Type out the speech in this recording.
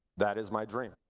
that is my dream.